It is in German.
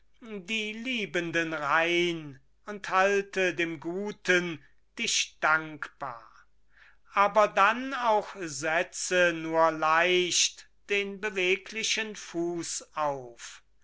die liebenden rein und halte dem guten dich dankbar aber dann auch setze nur leicht den beweglichen fuß auf